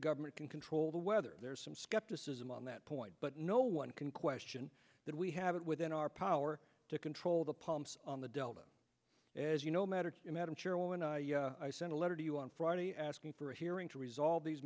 government can control the weather there is some skepticism on that point but no one can question that we have it within our power to control the pumps on the delta as you know matter i'm sure when i sent a letter to you on friday asking for a hearing to resolve these